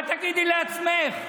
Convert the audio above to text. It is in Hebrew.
מה תגידי לעצמך?